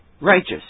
righteous